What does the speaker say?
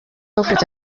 wavutse